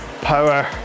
power